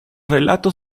relatos